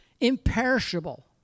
imperishable